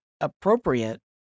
appropriate